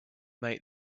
made